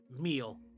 meal